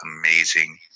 amazing